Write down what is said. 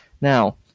now